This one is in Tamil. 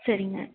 சரிங்க